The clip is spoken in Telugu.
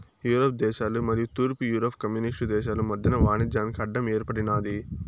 యూరప్ దేశాలు మరియు తూర్పు యూరప్ కమ్యూనిస్టు దేశాలు మధ్యన వాణిజ్యానికి అడ్డం ఏర్పడినాది